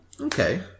Okay